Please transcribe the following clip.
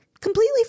completely